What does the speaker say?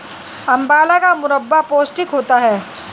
आंवला का मुरब्बा पौष्टिक होता है